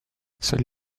seuls